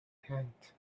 tent